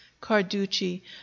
carducci